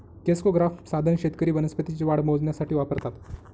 crescograph साधन शेतकरी वनस्पतींची वाढ मोजण्यासाठी वापरतात